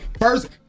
first